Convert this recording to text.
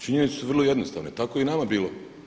Činjenice su vrlo jednostavne, tako je i nama bilo.